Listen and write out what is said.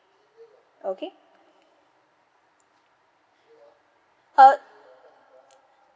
okay uh